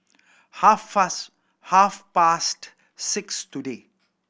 half fast half past six today